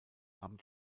amt